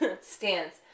stance